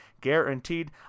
guaranteed